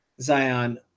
Zion